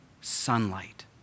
sunlight